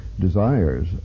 desires